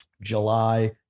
July